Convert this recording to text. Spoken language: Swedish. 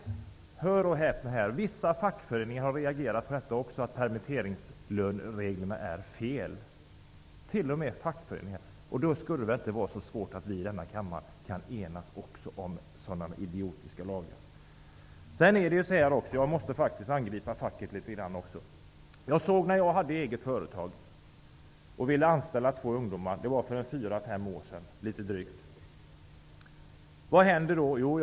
t.o.m. vissa fackföreningar reagerat på att permitteringsreglerna är felaktiga. Då borde det väl inte vara så svårt för oss i denna kammare att enas kring dessa idiotiska lagar? Men jag måste också angripa facket litet grand. När jag hade eget företag för drygt fyra, fem år sedan ville jag anställa två ungdomar.